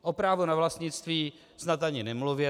O právu na vlastnictví snad ani nemluvě.